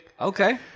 Okay